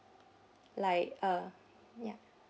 like uh ya